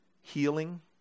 healing